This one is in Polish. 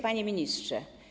Panie Ministrze!